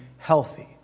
healthy